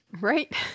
Right